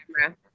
camera